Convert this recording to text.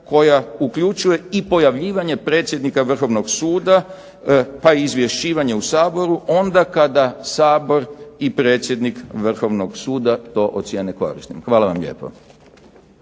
koja uključuje i pojavljivanje predsjednika Vrhovnog suda pa i izvješćivanje u Saboru onda kada Sabor i predsjednik Vrhovnog suda to ocijene korisnim. Hvala vam lijepo.